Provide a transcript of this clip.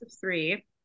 Three